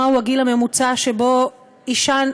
מהו הגיל הממוצע שבו אישה,